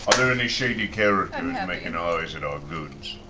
there any shady characters and yeah making eyes at our goods?